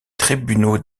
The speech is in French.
tribunaux